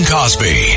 Cosby